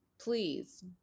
please